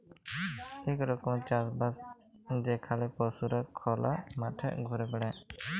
ইক রকমের চাষ বাস যেখালে পশুরা খলা মাঠে ঘুরে বেড়ায়